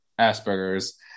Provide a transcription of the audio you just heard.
Asperger's